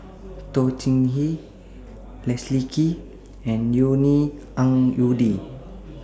Toh Chin Chye Leslie Kee and Yvonne Ng Uhde